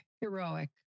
heroic